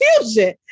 confusion